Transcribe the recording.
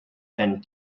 and